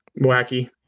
Wacky